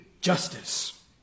justice